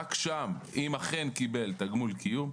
רק שם, אם אכן קיבל תגמול קיום.